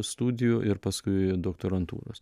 studijų ir paskui doktorantūros